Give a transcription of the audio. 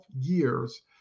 years